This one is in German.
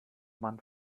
man